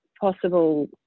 possible